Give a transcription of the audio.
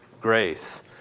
grace